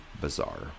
bizarre